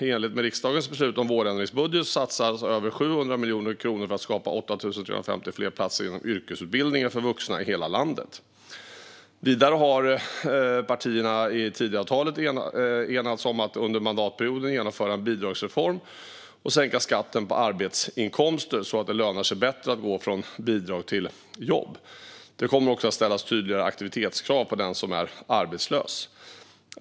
I enlighet med riksdagens beslut om vårändringsbudgeten satsas över 700 miljoner kronor för att skapa 8 350 fler platser inom yrkesutbildningen för vuxna i hela landet. Vidare har partierna i Tidöavtalet enats om att under mandatperioden genomföra en bidragsreform och sänka skatten på arbetsinkomster så att det lönar sig bättre att gå från bidrag till jobb. Det kommer också att ställas tydligare aktivitetskrav på den som är arbetslös.